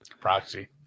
Proxy